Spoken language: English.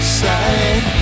side